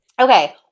Okay